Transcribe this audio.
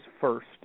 first